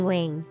Wing